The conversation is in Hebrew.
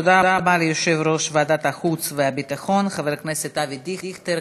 תודה רבה ליושב-ראש ועדת החוץ והביטחון חבר הכנסת אבי דיכטר.